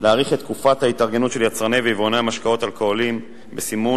להאריך את תקופת ההתארגנות של יצרני ויבואני משקאות אלכוהוליים בסימון